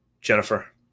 Jennifer